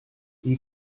you